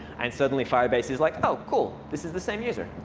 and suddenly, firebase is like, oh, cool. this is the same user.